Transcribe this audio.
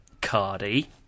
Cardi